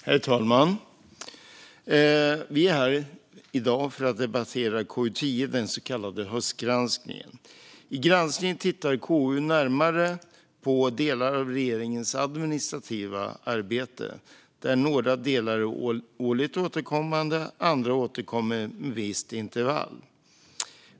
Herr talman! Vi är här i dag för att debattera KU10, den så kallade höstgranskningen. I granskningen tittar KU närmare på delar av regeringens administrativa arbete, där några delar är årligt återkommande och andra återkommer med visst intervall.